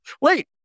Wait